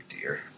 dear